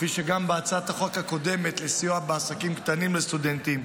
כפי שגם בהצעת החוק הקודמת לסיוע בעסקים קטנים לסטודנטים,